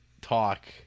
talk